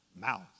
mouth